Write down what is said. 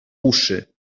uszy